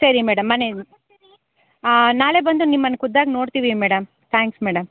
ಸರಿ ಮೇಡಮ್ ಮನೆಯಲ್ಲಿ ನಾಳೆ ಬಂದು ನಿಮ್ಮನ್ನ ಖುದ್ದಾಗಿ ನೋಡ್ತೀವಿ ಮೇಡಮ್ ಥ್ಯಾಂಕ್ಸ್ ಮೇಡಮ್